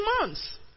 months